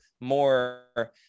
more